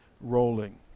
rolling